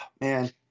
Man